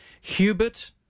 Hubert